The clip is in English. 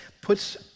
puts